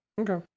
Okay